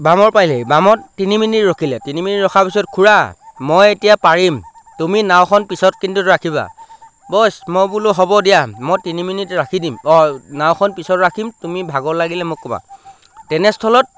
বামৰ পালেহি বামত তিনি মিনিট ৰখিলে তিনি মিনিট ৰখাৰ পিছত খুৰা মই এতিয়া পাৰিম তুমি নাওখন পিছত কিন্তু ৰাখিবা বইছ মই বোলো হ'ব দিয়া মই তিনি মিনিট ৰাখি দিম অঁ নাওখন পিছত ৰাখিম তুমি ভাগৰ লাগিলে মোক ক'বা তেনেস্থলত